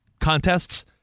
contests